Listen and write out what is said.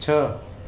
छह